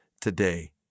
today